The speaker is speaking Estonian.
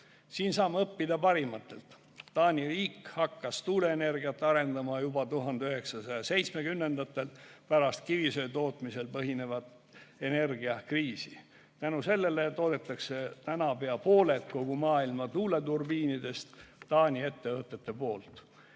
Siin saame õppida parimatelt. Taani riik hakkas tuuleenergiat arendama juba 1970‑ndatel pärast kivisöe tootmisel põhineva energia kriisi. Tänu sellele on nüüd peaaegu pooled kogu maailma tuuleturbiinid Taani ettevõtete toodetud.